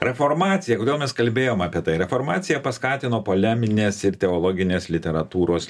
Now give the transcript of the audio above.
reformacija kodėl mes kalbėjom apie tai reformacija paskatino poleminės ir teologinės literatūros